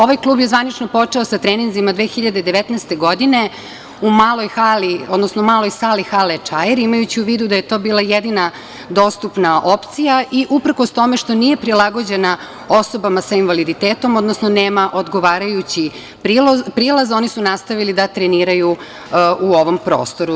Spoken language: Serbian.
Ovaj klub je zvanično počeo sa treninzima 2019. godine, u maloj hali, odnosno maloj sali hale „Čair“, imajući u vidu da je to bila jedina dostupna opcija i uprkos toma što nije prilagođena osobama sa invaliditetom, odnosno, nema odgovarajući prilaz oni su nastavili da treniraju u ovom prostoru.